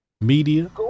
media